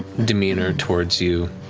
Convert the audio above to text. demeanor towards you,